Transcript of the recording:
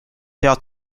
head